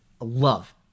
love